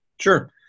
Sure